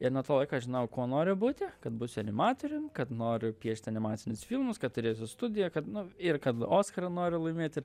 ir nuo to laiko aš žinojau kuo noriu būti kad būsiu animatorium kad noriu piešt animacinius filmus kad turėsiu studiją kad nu ir kad oskarą noriu laimėti